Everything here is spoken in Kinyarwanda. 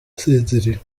usinziriye